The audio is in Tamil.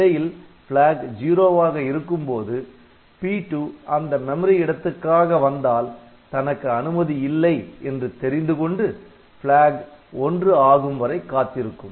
இடையில் Flag '0' வாக இருக்கும்போது P2 அந்த மெமரி இடத்துக்காக வந்தால் தனக்கு அனுமதி இல்லை என்று தெரிந்து கொண்டு Flag '1' ஆகும்வரை காத்திருக்கும்